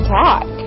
talk